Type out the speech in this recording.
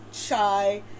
shy